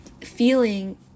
Feeling